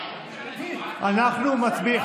אנחנו מצביעים,